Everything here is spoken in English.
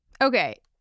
Okay